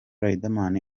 riderman